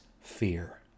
fear